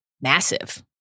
massive